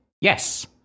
Yes